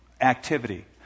activity